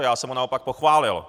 Já jsem ho naopak pochválil.